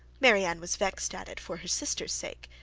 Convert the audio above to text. marianne was vexed at it for her sister's sake,